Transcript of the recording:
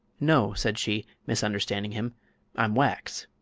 no, said she, misunderstanding him i'm wax.